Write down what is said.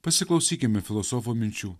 pasiklausykime filosofo minčių